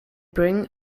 bring